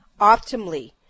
optimally